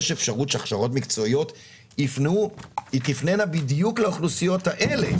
יש אפשרות שההכשרות המקצועיות תפנינה בדיוק לאוכלוסיות האלו,